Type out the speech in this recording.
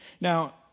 Now